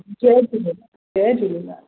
जय झूलेलाल जय झूलेलाल